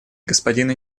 господина